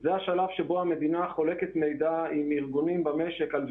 זה השלב שבו המדינה חולקת מידע עם ארגונים במשק לגבי